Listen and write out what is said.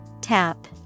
Tap